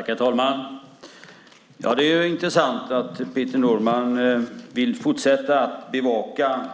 Herr talman! Det är intressant att Peter Norman vill fortsätta bevaka